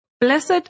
Blessed